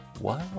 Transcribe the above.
Wow